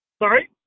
sorry